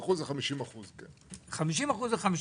50% זה 50%. 50% זה 50%,